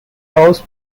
house